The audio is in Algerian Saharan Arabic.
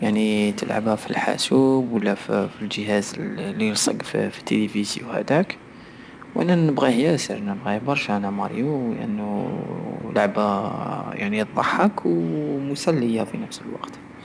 يعني تلعبها فالحاسوب ولا فالجهاز الي يلصق فالتليفيزيو هداكوأنا نبغيه ياسر نبغيه برشى هدا ماريو لأنو لعبة يعني ضحك ومسلية في نفس الوقت